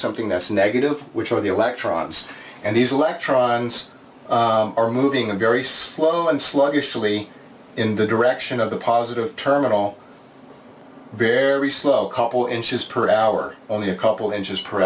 something that's negative which of the electrons and these electrons are moving and very slow and sluggish really in the direction of the positive terminal very slow couple inches per hour only a couple inches per